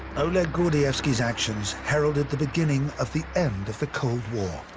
oleg gordievsky's actions heralded the beginning of the end of the cold war.